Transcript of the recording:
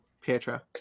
Pietra